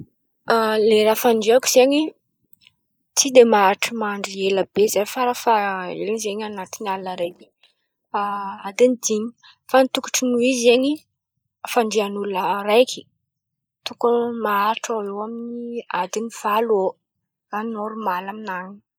Lera fandriako zen̈y, tsy de maharitry mandry ela be; zah farafaela zen̈y an̈aty alin̈y araiky adiny dimy, fa ny tokotro ny ho izy zen̈y fandrian'olo araiky tokony maharitry eo amin̈'ny adiny valo eo normaly amin̈any.